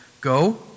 Go